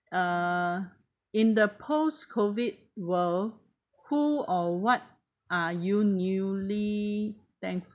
uh in the post-COVID world who or what are you newly thank~